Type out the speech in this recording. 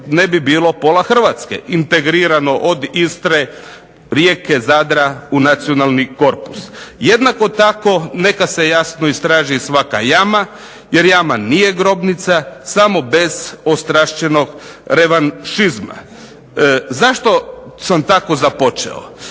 ne bi bilo pola Hrvatske integrirano od Istre, Rijeke, Zadra u nacionalni korpus. Jednako tako neka se jasno istraži svaka jama jer jama nije grobnica samo bez ostrašćenog revanšizma. Zašto sam tako započeo,